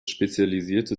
spezialisierte